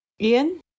Ian